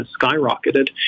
skyrocketed